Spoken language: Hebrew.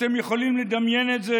אתם יכולים לדמיין את זה?